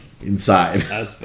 inside